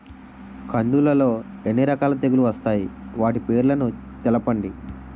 కందులు లో ఎన్ని రకాల తెగులు వస్తాయి? వాటి పేర్లను తెలపండి?